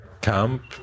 camp